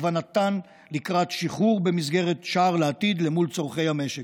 הכוונתן לקראת שחרור במסגרת "שער לעתיד" מול צורכי המשק.